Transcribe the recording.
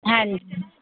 ਹਾਂਜੀ